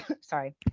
sorry